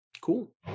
cool